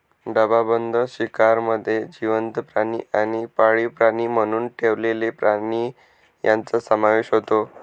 डबाबंद शिकारमध्ये जिवंत प्राणी आणि पाळीव प्राणी म्हणून ठेवलेले प्राणी यांचा समावेश होतो